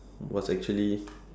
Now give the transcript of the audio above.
was actually